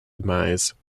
demise